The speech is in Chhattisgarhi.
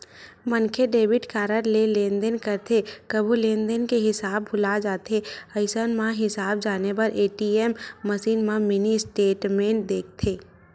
मनखे डेबिट कारड ले लेनदेन करथे कभू लेनदेन के हिसाब भूला जाथे अइसन म हिसाब जाने बर ए.टी.एम मसीन म मिनी स्टेटमेंट देखथे